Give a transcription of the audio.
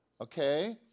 Okay